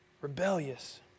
Rebellious